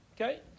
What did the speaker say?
Okay